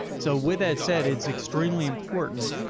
so with that said, it's extremely important.